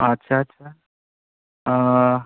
आस्सा आस्सा